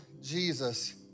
Jesus